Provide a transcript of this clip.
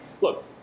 Look